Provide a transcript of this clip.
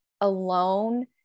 alone